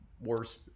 worse